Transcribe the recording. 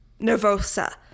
nervosa